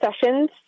sessions